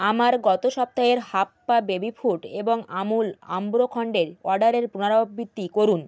আমার গত সপ্তাহের হাপ্পা বেবি ফুড এবং আমুল আম্রখন্ডের অর্ডারের পুনরাবৃত্তি করুন